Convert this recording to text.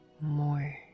more